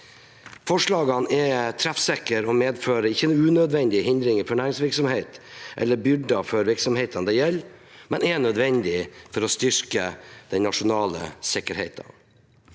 Forslagene er treffsikre og medfører ikke unødvendige hindringer for næringsvirksomhet eller byrder for virksomhetene det gjelder, men er nødvendige for å styrke den nasjonale sikkerheten.